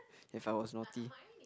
if I was naughty